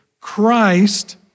Christ